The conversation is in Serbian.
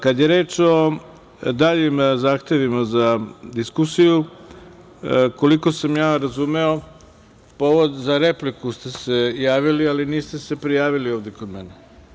Kad je reč o daljim zahtevima za diskusiju, koliko sam ja razumeo povod za repliku ste se javili, ali niste se prijavili ovde kod nas.